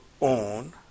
own